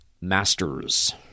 masters